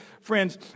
friends